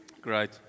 Great